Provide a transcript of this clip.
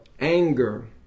anger